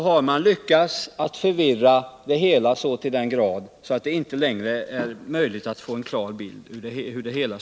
har man Iyckats skapa en sådan förvirring att det inte längre är möjligt att få en klar bild av det hela.